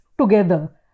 together